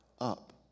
up